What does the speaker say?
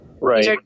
Right